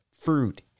fruit